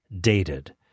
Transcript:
dated